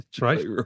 Right